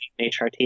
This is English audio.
HRT